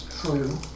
true